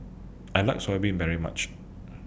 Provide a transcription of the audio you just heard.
I like Soya Bean very much